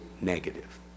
negative